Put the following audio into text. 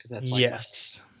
Yes